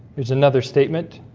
here's another statement